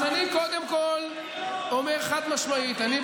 אז אני אומר חד-משמעית: אני,